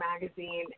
magazine